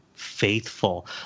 faithful